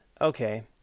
okay